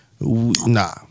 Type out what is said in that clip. nah